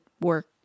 work